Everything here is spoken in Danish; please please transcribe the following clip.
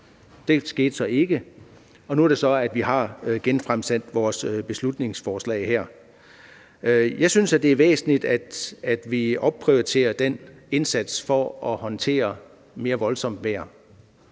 Det skete så ikke, og nu er det så, at vi har genfremsat vores beslutningsforslag her. Jeg synes, det er væsentligt, at vi opprioriterer indsatsen for at håndtere mere voldsomt vejr.